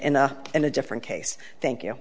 in a in a different case thank you